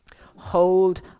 Hold